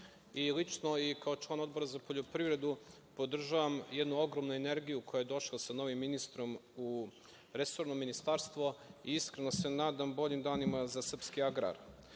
i lično i kao član Odbora za poljoprivredu podržavam jednu ogromnu energiju koja je došla sa novim ministrom u resorno ministarstvo i iskreno se nadam boljim danima za srpski